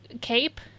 cape